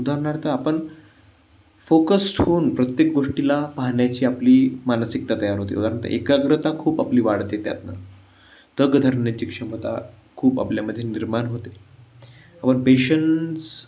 उदाहरणार्थ आपण फोकस्ड होऊन प्रत्येक गोष्टीला पाहण्याची आपली मानसिकता तयार होते उदाहरणार्थ एकाग्रता खूप आपली वाढते त्यातनं तग धरण्याची क्षमता खूप आपल्यामध्ये निर्माण होते आपण पेशन्स